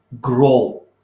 grow